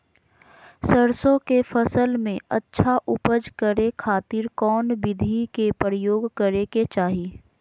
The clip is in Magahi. सरसों के फसल में अच्छा उपज करे खातिर कौन विधि के प्रयोग करे के चाही?